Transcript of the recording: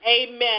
Amen